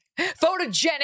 photogenic